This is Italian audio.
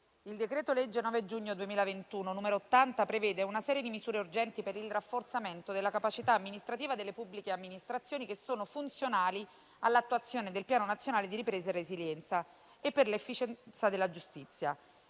il decreto-legge 9 giugno 2021, n. 80, prevede una serie di misure urgenti per il rafforzamento della capacità amministrativa delle pubbliche amministrazioni, funzionali all'attuazione del Piano nazionale di ripresa e resilienza e per l'efficienza della giustizia.